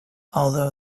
although